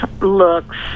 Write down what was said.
looks